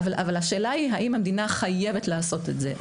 אבל השאלה היא האם המדינה חייבת לעשות את זה.